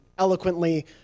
eloquently